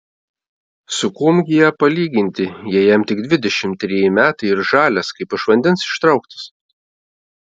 su kuom gi ją palyginti jei jam tik dvidešimt treji metai ir žalias kaip iš vandens ištrauktas